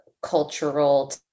cultural